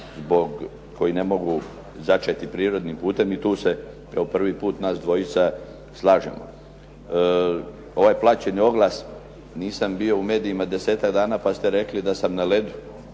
koji ne mogu začeti prirodnim putem i tu se kao prvi put nas dvojica slažemo. Ovaj plaćeni oglas, nisam bio u medijima desetak dana pa ste rekli da sam na ledu.